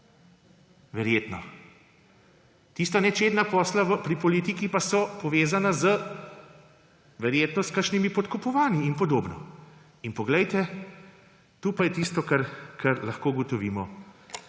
Verjetno. Tista nečedna posla pri politiki pa so verjetno povezana s kakšnimi podkupovanji in podobno in poglejte, tukaj je tisto, kar lahko ugotovimo.